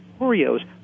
Oreos